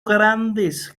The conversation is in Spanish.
grandes